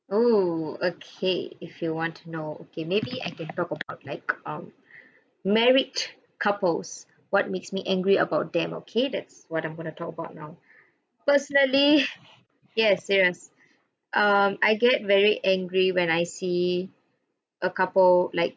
oh okay if you want to know okay maybe I can talk about like um marriage couples what makes me angry about them okay that's what I'm going to talk about now personally yes serious um I get very angry when I see a couple like